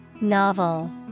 Novel